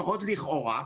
לפחות לכאורה,